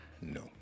No